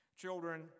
children